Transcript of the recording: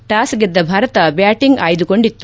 toss ಗೆದ್ದ Bharat batting ಆಯ್ಲಕೊಂಡಿತ್ತು